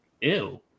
ew